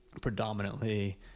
predominantly